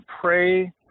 pray